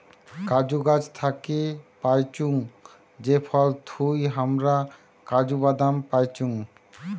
কাজু গাছ থাকি পাইচুঙ যে ফল থুই হামরা কাজু বাদাম পাইচুং